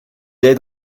aide